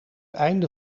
einde